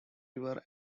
river